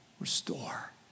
restore